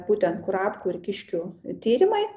būtent kurapkų ir kiškių tyrimai